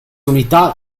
unità